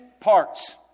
parts